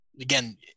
again